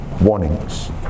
warnings